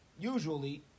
usually